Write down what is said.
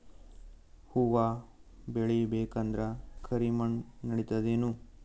ಹುವ ಬೇಳಿ ಬೇಕಂದ್ರ ಕರಿಮಣ್ ನಡಿತದೇನು?